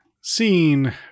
Scene